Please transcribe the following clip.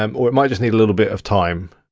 um or it might just need a little bit of time.